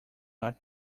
not